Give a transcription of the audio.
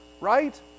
right